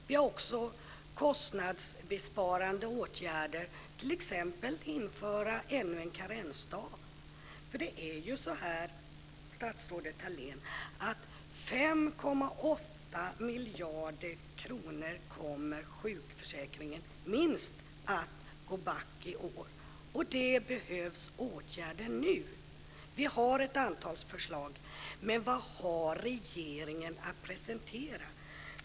Vi har också kostnadsbesparande åtgärder, t.ex. att man inför ännu en karensdag. Sjukförsäkringen kommer ju, statsrådet Thalén, att gå back med minst 5,8 miljarder kronor i år, och det behövs åtgärder nu. Vi har ett antal förslag, men vad har regeringen att presentera?